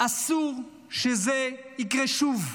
אסור שזה יקרה שוב.